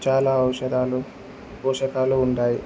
చాలా ఔషధాలు పోషకాలు ఉంటాయి